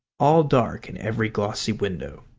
all dark in every glossy window.